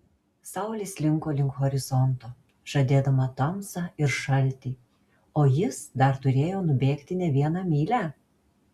saulė slinko link horizonto žadėdama tamsą ir šaltį o jis dar turėjo nubėgti ne vieną mylią